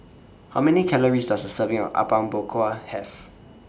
How Many Calories Does A Serving of Apom Berkuah Have